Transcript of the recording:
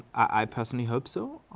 i personally hope so,